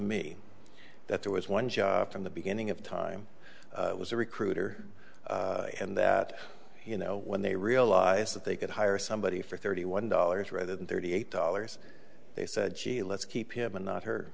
me that there was one job from the beginning of time was a recruiter and that you know when they realized that they could hire somebody for thirty one dollars rather than thirty eight dollars they said she let's keep him and not her